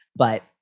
but,